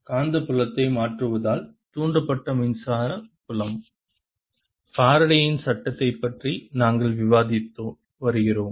காந்தப்புலத்தை மாற்றுவதால் தூண்டப்பட்ட மின்சார புலம் ஃபாரடேயின் Faraday's சட்டத்தைப் பற்றி நாங்கள் விவாதித்து வருகிறோம்